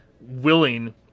willing